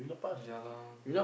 ya lah